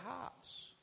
hearts